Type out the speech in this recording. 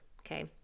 okay